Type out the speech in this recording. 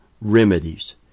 remedies